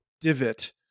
divot